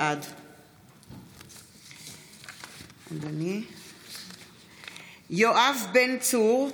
בעד יואב בן צור,